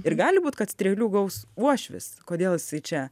ir gali būt kad strėlių gaus uošvis kodėl jisai čia